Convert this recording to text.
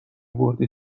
برد